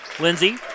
Lindsey